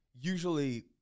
usually